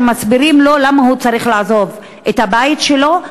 מסבירים לו למה הוא צריך לעזוב את הבית שלו,